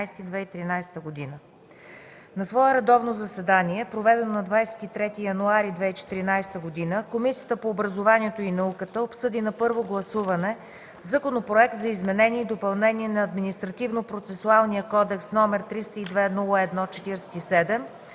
На свое редовно заседание, проведено на 23 януари 2014 г., Комисията по образованието и науката обсъди на първо гласуване Законопроект за изменение и допълнение на Административнопроцесуалния кодекс, № 302-01-47,